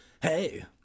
Hey